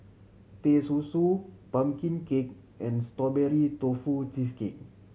Teh Susu pumpkin cake and Strawberry Tofu Cheesecake